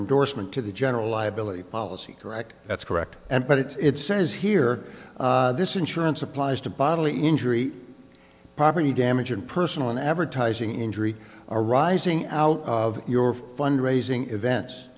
endorsement to the general liability policy correct that's correct and but it's says here this insurance applies to bodily injury property damage and personal and advertising injury arising out of your fund raising events